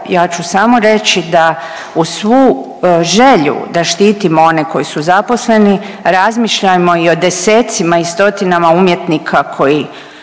ja ću samo reći da uz svu želju da štitimo one koji su zaposleni razmišljajmo i o desecima i stotinama umjetnika koji